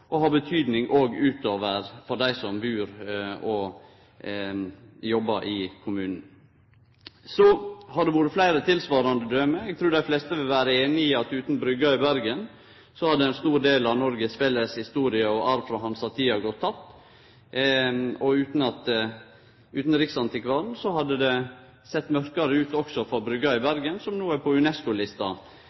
og har betyding òg for folk utover dei som bur og jobbar i denne kommunen. Det har vore fleire tilsvarande døme. Eg trur dei fleste vil vere einige i at utan Bryggen i Bergen hadde ein stor del av Noregs felles historie og arv frå hansatida gått tapt. Utan riksantivaren hadde det sett mørkare ut også for Bryggen i Bergen, som no er på